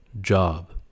job